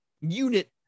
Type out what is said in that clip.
Unit